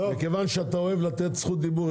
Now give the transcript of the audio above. מכיוון שאתה אוהב לתת זכות דיבור,